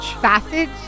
Sausage